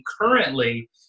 currently